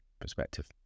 perspective